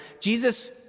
Jesus